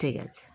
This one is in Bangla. ঠিক আছে